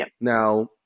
Now